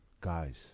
guys